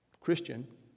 Christian